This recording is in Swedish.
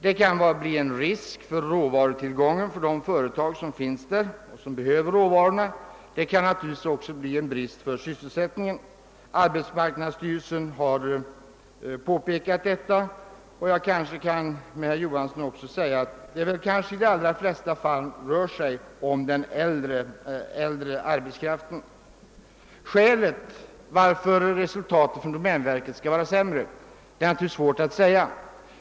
Det kan innebära risker för råvaruförsörjningen för de företag som finns i trakten i fråga och det kan också leda till bristande sysselsättning. Detta har påpekats av arbetsmarknadsstyrelsen, och jag tror i likhet med herr Johansson i Simrishamn att det i de flesta fall blir den äldre arbetskraften som därvid kommer att drabbas. Skälet till det sämre resultatet för domänverkets del är naturligtvis svårt att ange.